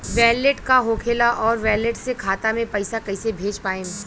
Wallet का होखेला और वैलेट से खाता मे पईसा कइसे भेज पाएम?